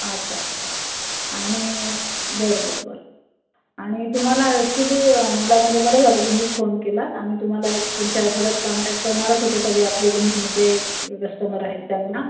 आठ वासता आणि बर बर बर आणि तुम्हाला ॲक्च्युली मला म्हणजे बरं झालं तुम्हीच फोन केलात आम्ही तुम्हाला एक पुढच्या आठवड्यात काँटॅक्ट करणारच होतो सगळे आपले जे नेहमीचे कस्टमर आहेत त्यांना